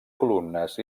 columnes